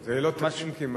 זה לא שלא נתנו לי לנאום.